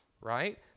right